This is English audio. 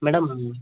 madam